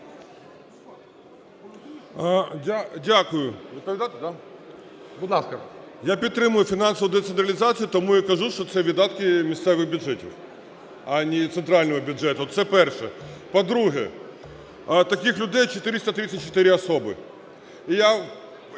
О.Ю. Я підтримую фінансову децентралізацію, тому і кажу, що це видатки місцевих бюджетів, а не центрального бюджету. Це перше. По-друге, таких людей 434 особи.